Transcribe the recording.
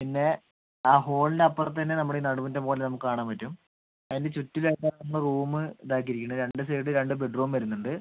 പിന്നെ ആ ഹോളിൻ്റെ അപ്പുറത്ത് തന്നെ നമ്മുടെ ഈ നടുമുറ്റം പോലെ നമുക്ക് കാണാൻ പറ്റും അതിൻ്റെ ചുറ്റിലും ആയിട്ടാണ് നമ്മള് റൂമ് ഇതാക്കി ഇരിക്കണ് രണ്ട് സൈഡ് രണ്ട് ബെഡ്റൂം വരുന്നുണ്ട്